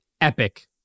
Epic